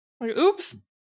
Oops